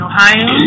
Ohio